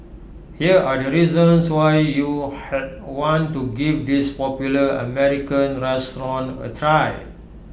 here are the reasons why you had want to give this popular American restaurant A try